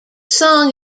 song